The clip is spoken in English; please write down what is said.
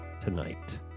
tonight